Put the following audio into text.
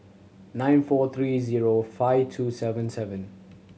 nine four three zero five two seven seven